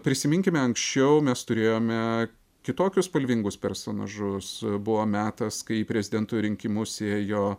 prisiminkime anksčiau mes turėjome kitokius spalvingus personažus buvo metas kai į prezidento rinkimus ėjo